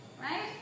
right